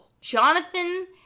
Jonathan